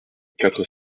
quatre